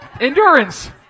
Endurance